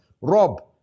Rob